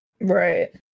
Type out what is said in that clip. right